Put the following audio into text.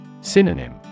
Synonym